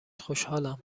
خوشحالم